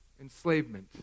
enslavement